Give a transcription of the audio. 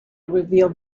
revealed